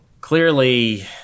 clearly